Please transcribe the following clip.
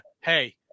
hey